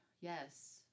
Yes